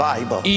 Bible